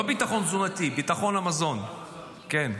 לא ביטחון תזונתי, ביטחון המזון, כן.